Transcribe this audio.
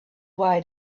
why